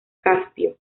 caspio